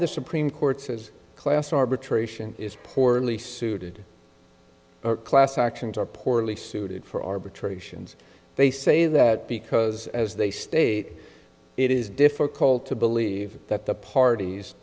the supreme court says class arbitration is poorly suited class actions are poorly suited for arbitrations they say that because as they state it is difficult to believe that the parties